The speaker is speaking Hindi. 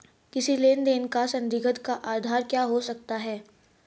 किसी लेन देन का संदिग्ध का आधार क्या हो सकता है?